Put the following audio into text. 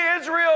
Israel